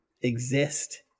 exist